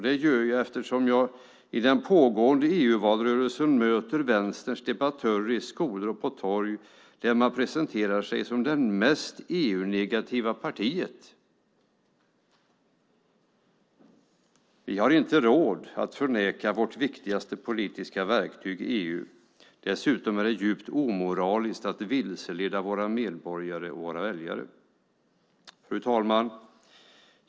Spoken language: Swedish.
Det gör jag eftersom jag i den pågående EU-valrörelsen möter Vänsterns debattörer i skolor och på torg där man presenterar sig som det mest EU-negativa partiet. Vi har inte råd att förneka vårt viktigaste politiska verktyg EU. Dessutom är det djupt omoraliskt att vilseleda våra medborgare och våra väljare. Fru talman!